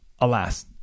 Alas